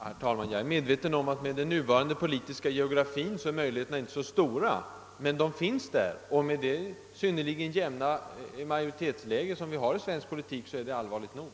Herr talman! Jag är medveten om att med den nuvarande politiska geografin är möjligheterna inte så stora, men de finns där. Med det synnerligen jämna majoritetsläge som vi har i svensk politik är det allvarligt nog.